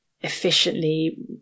efficiently